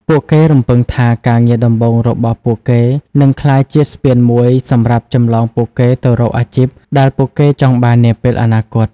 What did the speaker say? ពួកគេរំពឹងថាការងារដំបូងរបស់ពួកគេនឹងក្លាយជា ស្ពានមួយសម្រាប់ចម្លងពួកគេទៅរកអាជីពដែលពួកគេចង់បាននាពេលអនាគត។